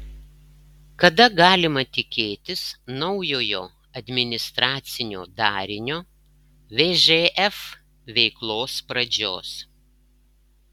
kada galima tikėtis naujojo administracinio darinio vžf veiklos pradžios